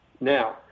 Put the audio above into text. Now